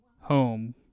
Home